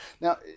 Now